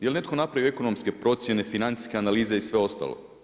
Je li netko napravio ekonomske procjene, financijske analize i sve ostalo?